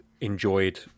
enjoyed